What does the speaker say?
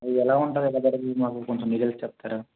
ఎలా ఉంటుంది అది మాకు కొంచెం మీరు ఏదైనా చెప్తారా